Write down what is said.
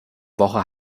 woche